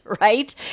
right